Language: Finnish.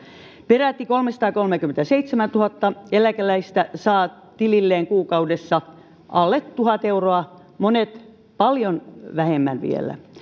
peräti kolmesataakolmekymmentäseitsemäntuhatta eläkeläistä saa tililleen kuukaudessa alle tuhat euroa monet vielä paljon vähemmän